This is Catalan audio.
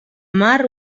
mar